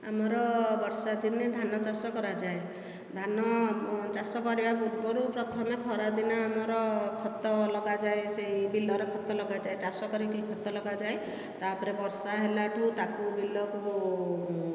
ଆମର ବର୍ଷା ଦିନେ ଧାନ ଚାଷ କରାଯାଏ ଧାନ ଚାଷ କରିବା ପୂର୍ବରୁ ପ୍ରଥମେ ଖରା ଦିନ ଆମର ଖତ ଲଗାଯାଏ ସେହି ବିଲରେ ଖତ ଲଗାଯାଏ ଚାଷ କରିକି ଖତ ଲଗାଯାଏ ତା'ପରେ ବର୍ଷା ହେଲା ଠୁ ତାକୁ ବିଲକୁ